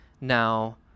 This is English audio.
now